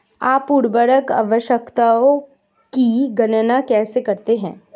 आप उर्वरक आवश्यकताओं की गणना कैसे करते हैं?